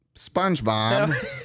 SpongeBob